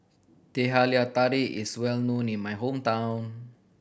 Teh Halia Tarik is well known in my hometown